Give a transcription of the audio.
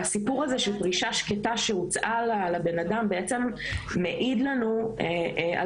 אז הסיפור הזה של פרישה שקטה שהוצעה לבן אדם בעצם מעיד לנו על